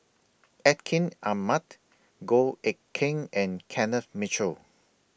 Atin Amat Goh Eck Kheng and Kenneth Mitchell